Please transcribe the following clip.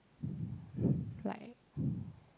like